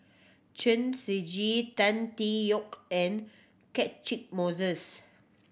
Chen Shiji Tan Tee Yoke and Catchick Moses